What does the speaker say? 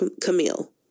Camille